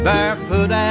Barefoot